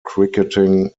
cricketing